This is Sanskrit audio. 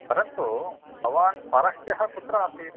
परन्तु भवान् परह्यः कुत्र आसीत्